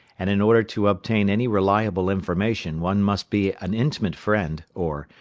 and in order to obtain any reliable information one must be an intimate friend, or,